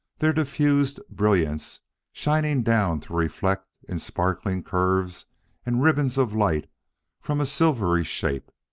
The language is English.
their diffused brilliance shining down to reflect in sparkling curves and ribbons of light from a silvery shape.